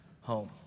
home